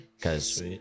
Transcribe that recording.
Cause